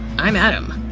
i'm adam!